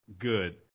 good